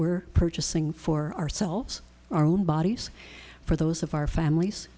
we're purchasing for ourselves our own bodies for those of our families